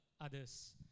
others